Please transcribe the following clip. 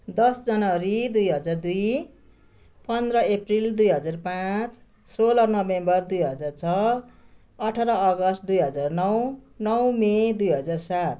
दस जनवरी दुई हजार दुई पन्ध्र अप्रेल दुई हजार पाँच सोह्र नोभेम्बर दुई हजार छ अठार अगस्त दुई हजार नौ नौ मे दुई हजार सात